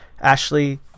Ashley